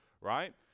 right